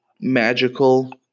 magical